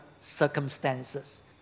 circumstances